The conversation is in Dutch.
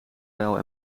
pijl